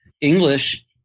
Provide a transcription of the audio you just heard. English